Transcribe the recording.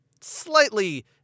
slightly